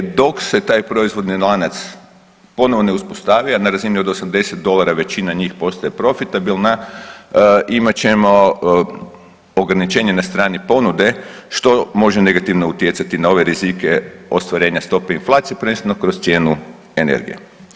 Dok se taj proizvodni lanac ponovno ne uspostavi, a na razini od 80 dolara većina njih postaje profitabilna imat ćemo ograničenje na strani ponude što može negativno utjecati na ove rizike ostvarenja stope inflacije prvenstveno kroz cijenu energije.